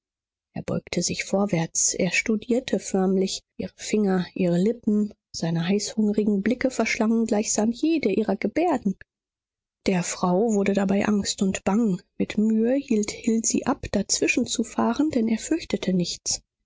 er beugte sich vorwärts er studierte förmlich ihre finger ihre lippen seine heißhungrigen blicke verschlangen gleichsam jede ihrer gebärden der frau wurde dabei angst und bang mit mühe hielt hill sie ab dazwischenzufahren denn er fürchtete nichts